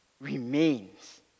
remains